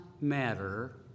matter